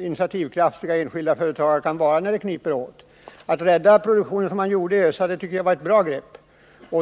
initiativkraftiga företagare kan vara, om det kniper. Att rädda produktionen, som man gjorde inom ÖSA, tycker jag var ett bra grepp.